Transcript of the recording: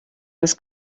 was